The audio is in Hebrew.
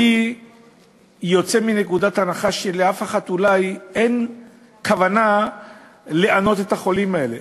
אני יוצא מנקודת הנחה שלאף אחד אין כוונה לענות את החולים האלה,